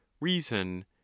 reason